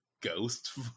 ghost